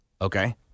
Okay